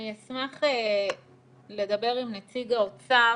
אני אשמח לדבר עם נציג האוצר,